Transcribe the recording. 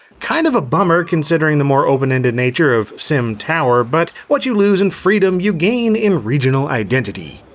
kind of a bummer considering the more open-ended nature of simtower, but what you lose in freedom you gain in regional identity.